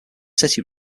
city